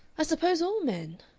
i suppose all men,